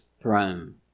throne